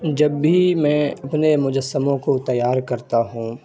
جب بھی میں اپنے مجسموں کو تیار کرتا ہوں